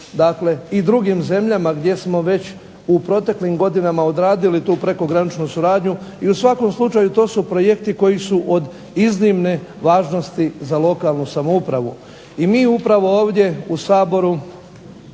i drugim zemljama gdje smo već u proteklim godinama odradili tu prekograničnu suradnju i u svakom slučaju to su projekti koji su od iznimne važnosti za lokalnu samoupravu. I mi upravo ovdje u Saboru